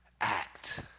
act